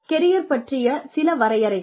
career பற்றிய சில வரையறைகள்